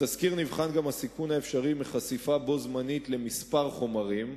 בתסקיר נבחן גם הסיכון האפשרי מחשיפה בו-זמנית לכמה חומרים,